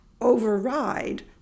override